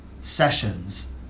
sessions